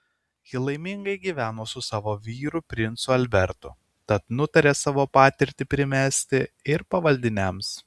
ji laimingai gyveno su savo vyru princu albertu tad nutarė savo patirtį primesti ir pavaldiniams